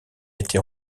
été